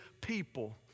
people